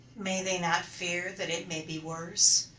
may they not fear that it may be worse?